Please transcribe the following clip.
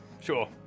sure